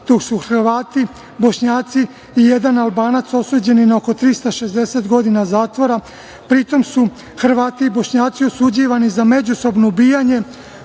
dok su Hrvati, Bošnjaci i jedan Albanac osuđeni na oko 360 godina zatvora, pri tom su Hrvati i Bošnjaci osuđivani za međusobno ubijanje,